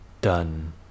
done